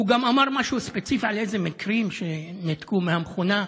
הוא גם אמר משהו ספציפי על מקרים שניתקו מהמכונה.